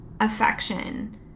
Affection